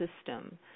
system